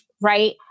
Right